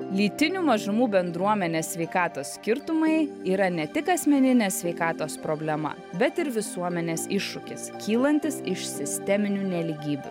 lytinių mažumų bendruomenės sveikatos skirtumai yra ne tik asmeninė sveikatos problema bet ir visuomenės iššūkis kylantis iš sisteminių nelygybių